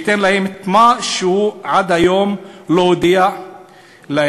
ייתן להם את מה שהוא עד היום לא הודיע להם?